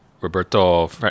Roberto